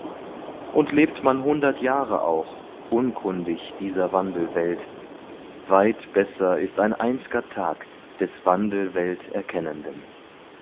und lebt man hundert jahre auch unkundig dieser wandelwelt weit besser ist ein einz'ger tag des wandelwelt erkennenden